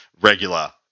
regular